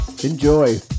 Enjoy